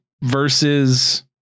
versus